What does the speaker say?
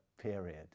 period